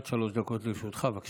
אדוני, עד שלוש דקות לרשותך, בבקשה.